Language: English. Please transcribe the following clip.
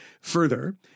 further